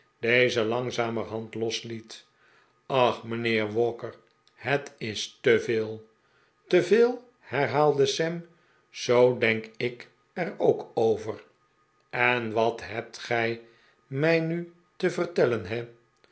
dezen langzamerhand losliet ach mijnheer walker het is te veel te veel herhaalde sam zoo denk ik er ook over en wat hebt gij mij nu te vertellen he